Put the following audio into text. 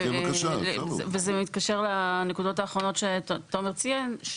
וזה מתקשר לנקודות האחרונות שתומר ציין,